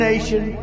nation